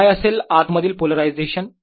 काय असेल आत मधील पोलरायझेशन